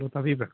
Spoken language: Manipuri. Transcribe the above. ꯍꯜꯂꯣ ꯇꯥꯕꯤꯕ꯭ꯔꯥ